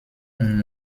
und